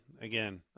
again